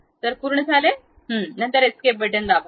तर पूर्ण झाले नंतर एस्केप बटन दाबा